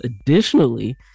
Additionally